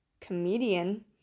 comedian